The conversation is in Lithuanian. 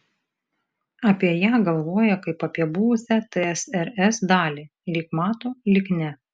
apie ją galvoja kaip apie buvusią tsrs dalį lyg mato lyg ne